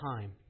time